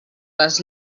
les